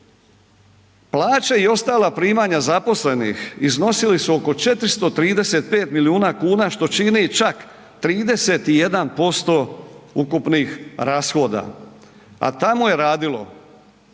plaće i ostala primanja zaposlenih iznosili su oko 435 milijuna kuna što čini čak 31% ukupnih rashoda, a tamo je radilo